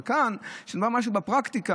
אבל כאן, כשבא משהו בפרקטיקה,